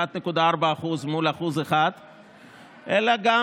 1.4% מול 1% אלא גם